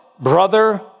brother